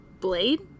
Blade